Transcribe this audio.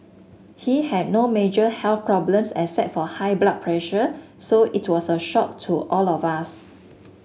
he had no major health problems except for high blood pressure so it was a shock to all of us